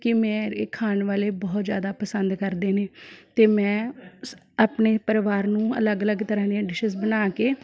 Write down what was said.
ਕਿ ਮੇਰੇ ਖਾਣ ਵਾਲੇ ਬਹੁਤ ਜ਼ਿਆਦਾ ਪਸੰਦ ਕਰਦੇ ਨੇ ਅਤੇ ਮੈਂ ਸ ਆਪਣੇ ਪਰਿਵਾਰ ਨੂੰ ਅਲੱਗ ਅਲੱਗ ਤਰ੍ਹਾਂ ਦੀਆਂ ਡਿਸ਼ਜ਼ ਬਣਾ ਕੇ